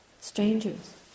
strangers